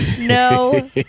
No